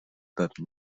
parc